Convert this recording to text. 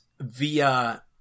via